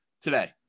today